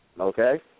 Okay